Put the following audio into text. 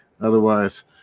Otherwise